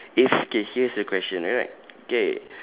if okay here's a question alright okay